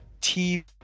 TV